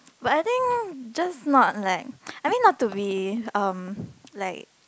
but I think just not like I mean not to be um like